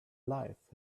life